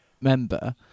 member